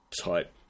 type